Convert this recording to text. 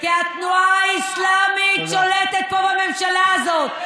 כי התנועה האסלאמית שולטת פה בממשלה הזאת,